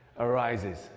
Arises